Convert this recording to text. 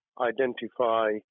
identify